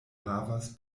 havas